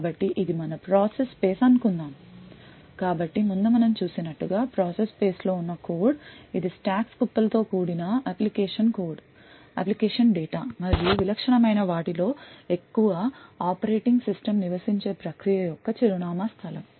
కాబట్టి ఇది మన ప్రాసెస్ స్పేస్ అనుకుందాం కాబట్టి ముందు మనం చూసినట్టుగా ప్రాసెస్ స్పేస్ లో ఉన్న కోడ్ ఇది స్టాక్స్ కుప్పలతో కూడిన అప్లికేషన్ కోడ్ అప్లికేషన్ డేటా మరియు విలక్షణమైన వాటిలో ఎక్కువ ఆపరేటింగ్ సిస్టమ్ నివసించే ప్రక్రియ యొక్క చిరునామా స్థలం